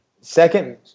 Second